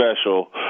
special